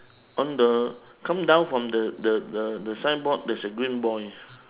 on the come down from the the the the signboard there's a green boy